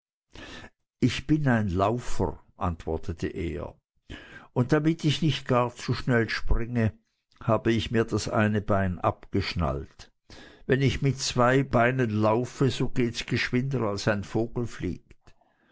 ich bin ein laufer antwortete er und damit ich nicht gar zu schnell springe habe ich mir das eine bein abgeschnallt wenn ich mit zwei beinen laufe so gehts geschwinder als ein vogel fliegt